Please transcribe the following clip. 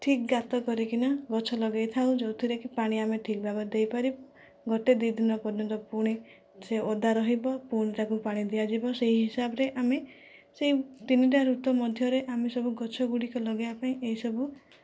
ଠିକ ଗାତ କରିକିନା ଗଛ ଲଗାଇ ଥାଉ ଯେଉଁଥିରେ କି ପାଣି ଆମେ ଠିକ ଭାବରେ ଦେଇପାରିବୁ ଗୋଟିଏ ଦୁଇ ଦିନ ପର୍ଯ୍ୟନ୍ତ ପୁଣି ସେ ଓଦା ରହିବ ପୁଣି ତାକୁ ପାଣି ଦିଆଯିବ ସେହି ହିସାବରେ ଆମେ ସେହି ତିନିଟା ଋତୁ ମଧ୍ୟରେ ଆମେ ସବୁ ଗଛ ଗୁଡ଼ିକ ଲଗାଇବା ପାଇଁ ଏହିସବୁ